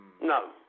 No